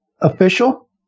official